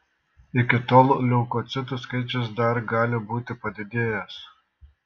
iki tol leukocitų skaičius dar gali būti padidėjęs